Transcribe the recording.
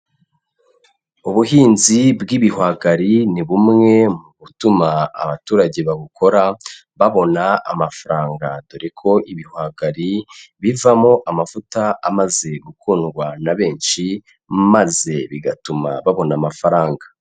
Ubuhinzi bw'ibihwagari ni bumwe mu butuma abaturage babukora babona amafaranga, dore ko ibihwagari bivamo amavuta amaze gukundwa na benshi maze bigatuma babona amafaranga.